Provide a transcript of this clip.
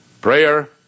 prayer